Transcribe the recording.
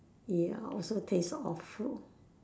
ya also tastes awful